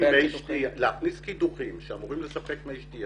להכניס קידוחים שאמורים לספק מי שתיה